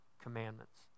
commandments